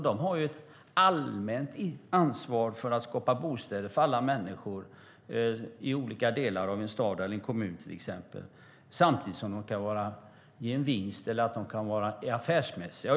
De har ett allmänt ansvar för att skapa bostäder för alla människor i olika delar av en stad eller kommun, samtidigt som de ska vara affärsmässiga.